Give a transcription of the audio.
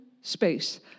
space